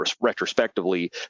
Retrospectively